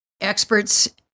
experts